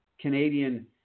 Canadian